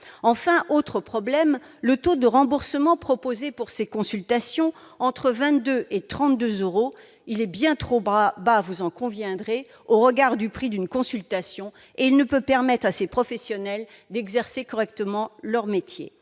conviendrez que le taux de remboursement proposé pour ces consultations, entre 22 et 32 euros, est bien trop bas au regard du prix d'une consultation et ne peut permettre à ces professionnels d'exercer correctement leur métier.